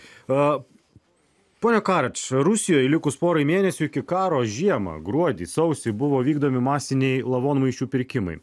a puolė kart rusijoje likus porai mėnesių iki karo žiemą gruodį sausį buvo vykdomi masiniai lavonmaišių pirkimai